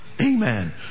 amen